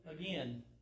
again